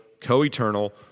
co-eternal